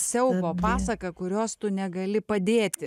siaubo pasaka kurios tu negali padėti